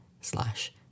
slash